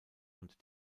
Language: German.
und